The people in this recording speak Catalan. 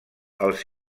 als